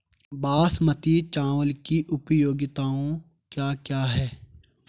बासमती चावल की उपयोगिताओं क्या क्या हैं?